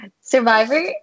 Survivor